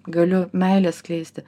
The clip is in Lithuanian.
galiu meilę skleisti